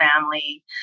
family